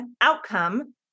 outcome